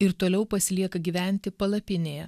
ir toliau pasilieka gyventi palapinėje